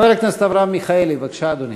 חבר הכנסת אברהם מיכאלי, בבקשה, אדוני.